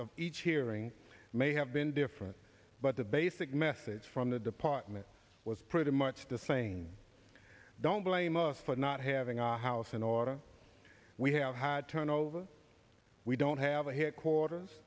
of each hearing may have been different but the basic message from the department was pretty much the same don't blame us for not having our house in order we have had turnover we don't have a headquarters